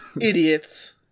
Idiots